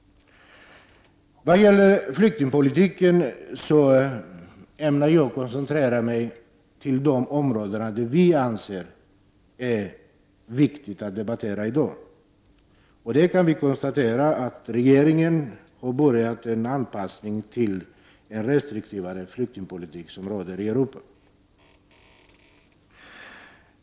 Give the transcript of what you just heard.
Vad gäller flyktingpolitiken ämnar jag koncentrera mig till de områden som vi anser viktiga att debattera i dag. Vi kan konstatera att regeringen har påbörjat en anpassning till den restriktivare flyktingpolitik som råder i Europa.